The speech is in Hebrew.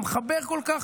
המחבר כל כך,